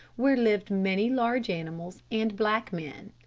where lived many large animals and black men.